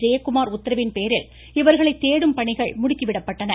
ஜெயக்குமார் உத்தரவின் பேரில் இவர்களை தேடும் பணிகள் முடுக்கி விடப்பட்டன